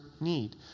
need